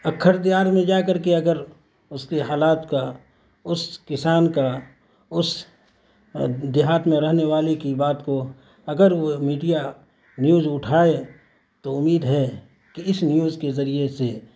اکھڑ دیار میں جا کر کے اگر اس کے حالات کا اس کسان کا اس دیہات میں رہنے والے کی بات کو اگر وہ میڈیا نیوز اٹھائے تو امید ہے کہ اس نیوز کے ذریعے سے